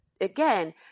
again